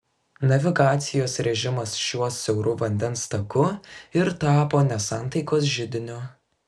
navigacijos režimas šiuo siauru vandens taku ir tapo nesantaikos židiniu